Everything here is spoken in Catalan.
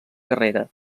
carrera